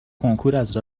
کنکوراز